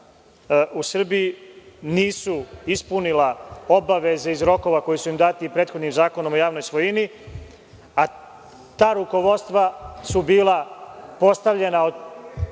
u Srbiji nisu ispunila obaveze iz rokova koji su im dati prethodnim Zakonom o javnoj svojini, a ta rukovodstva su bila postavljena od